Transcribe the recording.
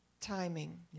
timing